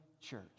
church